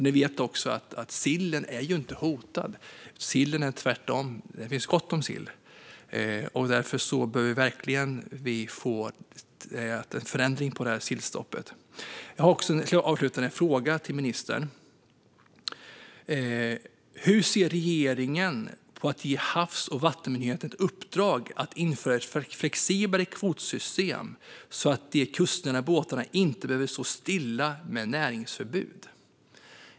Vi vet också att sillen inte är hotad, utan tvärtom finns det gott om sill. Därför behöver vi verkligen en förändring av sillstoppet. Jag har en avslutande fråga till ministern. Hur ser regeringen på att ge Havs och vattenmyndigheten i uppdrag att införa ett flexiblare kvotsystem, så att de kustnära båtarna inte behöver stå stilla med näringsförbud?